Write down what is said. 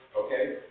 Okay